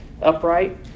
upright